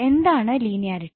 എന്താണ് ലീനിയാരിറ്റി